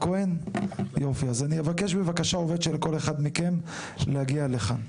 אז אני אבקש בבקשה עובד של כל אחד מכם להגיע לכאן.